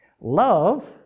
Love